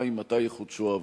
2. מתי יחודשו העבודות?